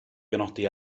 benodi